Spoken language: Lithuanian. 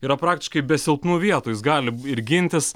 yra praktiškai be silpnų vietų jis gali ir gintis